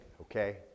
okay